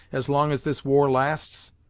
as long as this war lasts.